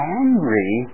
angry